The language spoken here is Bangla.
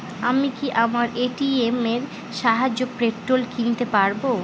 আমি কি আমার এ.টি.এম এর সাহায্যে পেট্রোল কিনতে পারব?